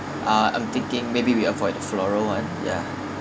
ah I'm thinking maybe we avoid the floral one ya